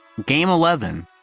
game eleven.